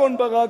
אהרן ברק,